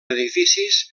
edificis